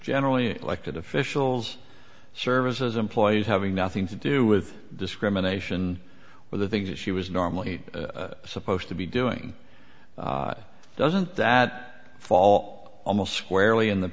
generally elected officials services employees having nothing to do with discrimination with the things that she was normally supposed to be doing doesn't that fall almost squarely in the